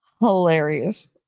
hilarious